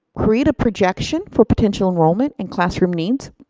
create a projection for potential enrollment and classroom needs.